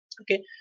okay